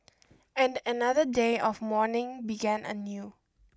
and another day of mourning began anew